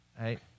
right